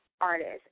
artists